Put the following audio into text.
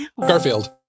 Garfield